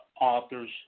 authors